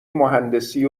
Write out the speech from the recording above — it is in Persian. مهندسی